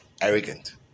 arrogant